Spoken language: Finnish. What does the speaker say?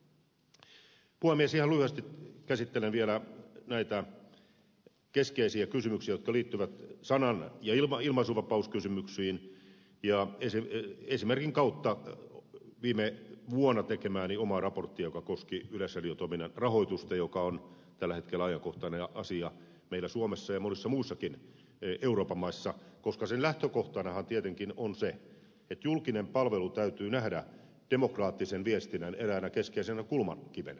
ihan lyhyesti käsittelen vielä näitä keskeisiä kysymyksiä jotka liittyvät sanan ja ilmaisuvapauskysymyksiin ja esimerkin kautta viime vuonna tekemääni omaa raporttia joka koski yleisradiotoiminnan rahoitusta joka on tällä hetkellä ajankohtainen asia meillä suomessa ja monissa muissakin euroopan maissa koska sen lähtökohtanahan tietenkin on se että julkinen palvelu täytyy nähdä demokraattisen viestinnän eräänä keskeisenä kulmakivenä